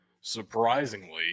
surprisingly